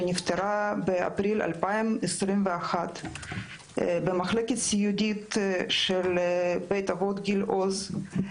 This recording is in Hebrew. שנפטרה באפריל 2021 במחלקת סיעודית של בית אבות גיל עוז,